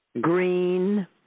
Green